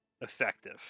effective